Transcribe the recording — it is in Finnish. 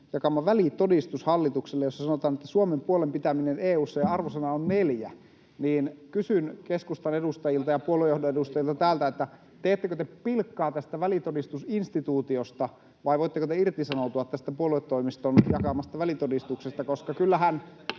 jakama välitodistus hallitukselle, jossa sanotaan, että Suomen puolen pitämiselle EU:ssa arvosana on 4, niin kysyn keskustan edustajilta ja puoluejohdon edustajilta täältä: teettekö te pilkkaa välitodistusinstituutiosta, vai voitteko te irtisanoutua tästä puoluetoimiston jakamasta välitodistuksesta? [Joona Räsäsen